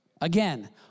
Again